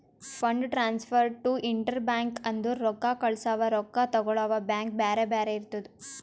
fund transfer to inter bank ಅಂದುರ್ ರೊಕ್ಕಾ ಕಳ್ಸವಾ ರೊಕ್ಕಾ ತಗೊಳವ್ ಬ್ಯಾಂಕ್ ಬ್ಯಾರೆ ಇರ್ತುದ್